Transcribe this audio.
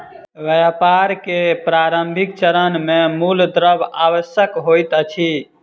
व्यापार के प्रारंभिक चरण मे मूल द्रव्य आवश्यक होइत अछि